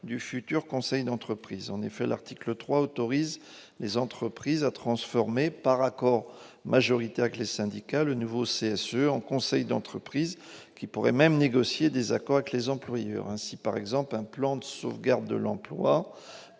du futur conseil d'entreprise. En effet, l'article 3 autorise les entreprises à transformer, par accord majoritaire avec les syndicats, le nouveau CSE en conseil d'entreprise, lequel pourrait même négocier des accords avec les employeurs. Par exemple, un plan de sauvegarde de l'emploi